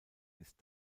ist